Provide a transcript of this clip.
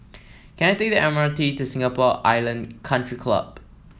can I take the M R T to Singapore Island Country Club